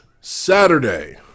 Saturday